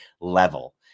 level